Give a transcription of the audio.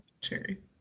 cherry